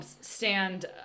stand